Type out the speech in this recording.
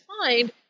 find